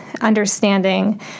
understanding